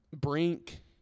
Brink